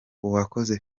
uwakoze